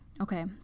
okay